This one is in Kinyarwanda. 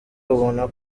ubona